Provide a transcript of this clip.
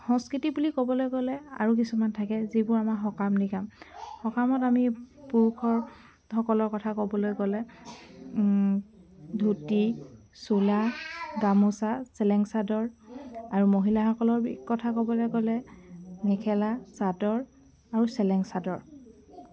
সংস্কৃতি বুলি ক'বলৈ গ'লে আৰু কিছুমান থাকে যিবোৰ আমাৰ সকাম নিকাম সকামত আমি পুৰুষৰ সকলৰ কথা ক'বলৈ গ'লে ধূতি চোলা গামোচা চেলেং চাদৰ আৰু মহিলাসকলৰ কথা ক'বলৈ গ'লে মেখেলা চাদৰ আৰু চেলেং চাদৰ